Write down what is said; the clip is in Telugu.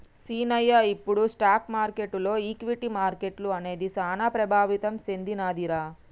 సీనయ్య ఇప్పుడు స్టాక్ మార్కెటులో ఈక్విటీ మార్కెట్లు అనేది సాన ప్రభావితం సెందినదిరా